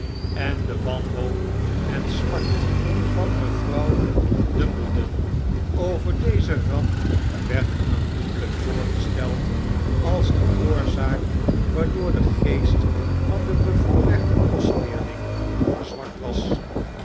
en de wanhoop en smart van mevrouw dumbledon over deze ramp werd aandoenlp voorgesteld als de oorzaak waardoor de geest van den bevoorrechten kostleerling verzwakt was